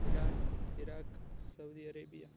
Iran Iraq Saudi Arabia